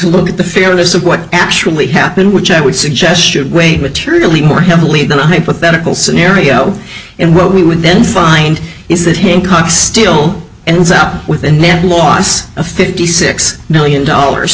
look at the fairness of what actually happened which i would suggest should wait materially more heavily than a hypothetical scenario and what we would then find is that hancock still ends up with a net loss of fifty six million dollars